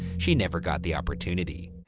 she never got the opportunity.